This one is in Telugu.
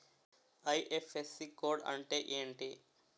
ఐ.ఫ్.ఎస్.సి కోడ్ అంటే ఏంటి?